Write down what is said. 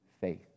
faith